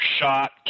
shot